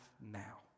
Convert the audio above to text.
now